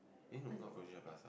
eh no not Coronation-Plaza